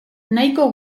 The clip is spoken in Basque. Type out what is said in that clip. nahiko